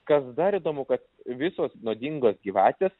kas dar įdomu kad visos nuodingos gyvatės